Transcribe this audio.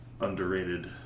underrated